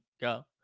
go